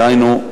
דהיינו,